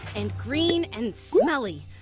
and green, and smelly.